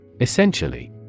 Essentially